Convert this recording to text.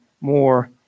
more